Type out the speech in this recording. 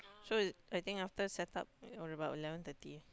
so is I think after setup already about eleven thirty